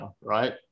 right